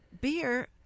beer